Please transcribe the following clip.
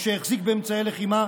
או שהחזיק באמצעי לחימה,